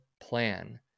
plan